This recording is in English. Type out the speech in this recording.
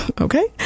Okay